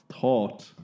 thought